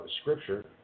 scripture